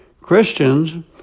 Christians